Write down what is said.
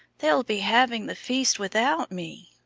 they'll be having the feast without me,